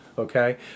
Okay